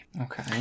okay